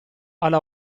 alla